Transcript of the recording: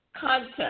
content